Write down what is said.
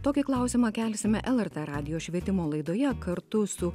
tokį klausimą kelsime lrt radijo švietimo laidoje kartu su